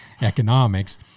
economics